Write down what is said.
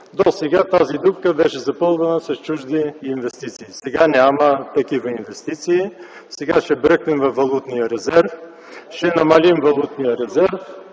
Досега тази дупка беше запълвана с чужди инвестиции. Сега няма такива инвестиции. Сега ще бръкнем във валутния резерв, ще намалим валутния резерв,